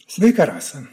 sveika rasa